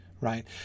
right